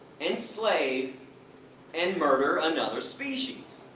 enslave and murder another species.